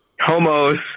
homos